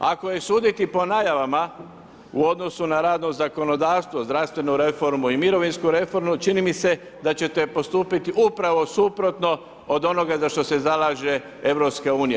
Ako je suditi po najavama u odnosu na radno zakonodavstvo, zdravstvenu reformu i mirovinsku reformu čini mi se da ćete postupiti upravo suprotno od onoga za što se zalaže EU.